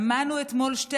שמענו אתמול שתי